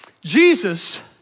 Jesus